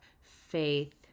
faith